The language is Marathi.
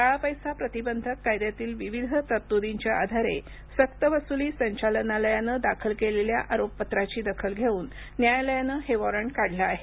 काळा पैसा प्रतिबंधक कायद्यातील विविध तरतुदींच्या आधारे सक्तवसुली संचालनालयानं दाखल केलेल्या आरोपपत्राची दखल घेऊन न्यायालयानं हे वॉरंट काढलं आहे